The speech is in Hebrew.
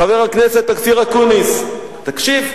חבר הכנסת אופיר אקוניס, תקשיב.